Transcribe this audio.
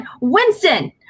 winston